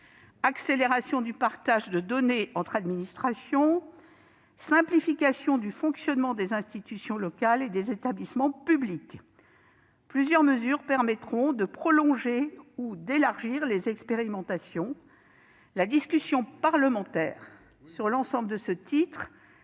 accélération du partage de données entre administrations, simplification du fonctionnement des institutions locales et des établissements publics ... Plusieurs mesures permettront de prolonger ou d'élargir des expérimentations. La discussion parlementaire sur l'ensemble de ce titre